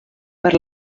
per